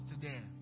today